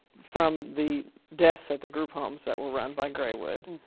from the deaths at the group homes that were run by graywood.